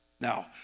Now